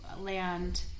land